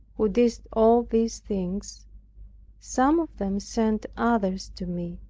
who didst all these things some of them sent others to me.